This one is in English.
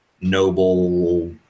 noble